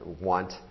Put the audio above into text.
want